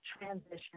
transition